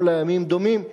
כל הימים דומים,